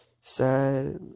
sad